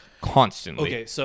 Constantly